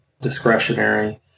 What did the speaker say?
discretionary